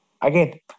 Again